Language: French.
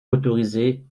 autorisé